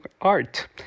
art